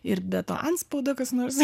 ir be to antspaudo kas nors